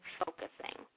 focusing